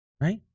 right